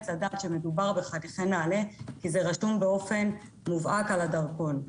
יהיה לדעת שמדובר בחניכי נעל"ה כי זה רשום באופן מובהק על הדרכון.